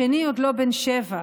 השני עוד לא בן שבע.